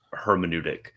hermeneutic